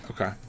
Okay